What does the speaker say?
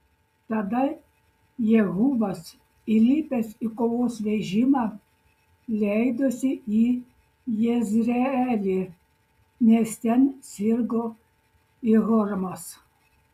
tada jehuvas įlipęs į kovos vežimą leidosi į jezreelį nes ten sirgo jehoramas